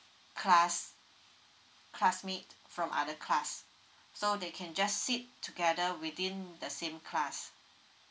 class classmate from other class so they can just sit together within the same class